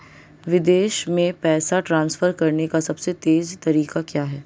विदेश में पैसा ट्रांसफर करने का सबसे तेज़ तरीका क्या है?